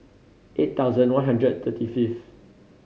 eight thousand one hundred thirty fifth